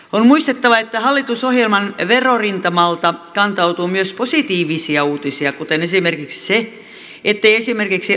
on muistettava että hallitusohjelman verorintamalta kantautuu myös positiivisia uutisia kuten esimerkiksi se ettei esimerkiksi arvonlisäveroa koroteta